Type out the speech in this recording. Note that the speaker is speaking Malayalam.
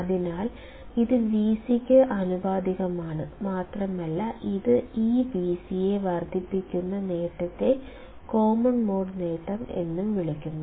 അതിനാൽ ഇത് Vc ക്ക് ആനുപാതികമാണ് മാത്രമല്ല ഇത് ഈ Vc യെ വർദ്ധിപ്പിക്കുന്ന നേട്ടത്തെ കോമൺ മോഡ് നേട്ടം എന്നും വിളിക്കുന്നു